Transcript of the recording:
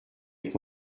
avec